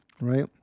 Right